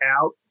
out